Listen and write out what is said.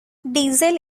diesel